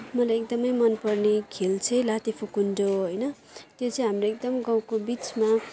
मलाई एकदमै मनपर्ने खेल चाहिँ लात्ते भकुन्डो हो होइन यो चाहिँ हामीले एकदम गाउँको बिचमा